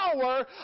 power